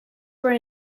were